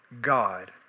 God